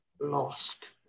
lost